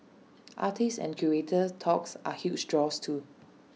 artist and curator talks are huge draws too